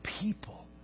people